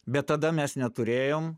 bet tada mes neturėjom